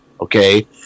okay